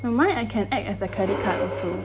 for mine I can act as a credit card also